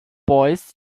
boys